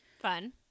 Fun